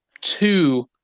two